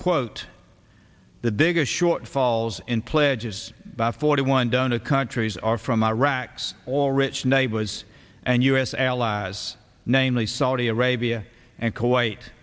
quote the biggest shortfalls in pledges forty one donor countries are from iraq's oil rich neighbors and u s allies namely saudi arabia and kuwait